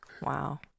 Wow